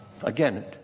again